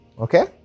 Okay